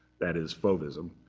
that is fauvism,